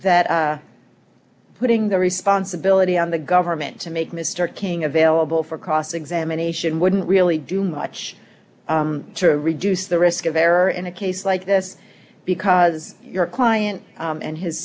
that putting the responsibility on the government to make mr king available for cross examination wouldn't really do much to reduce the risk of error in a case like this because your client and his